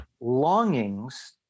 Longings